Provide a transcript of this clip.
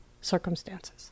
circumstances